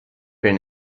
been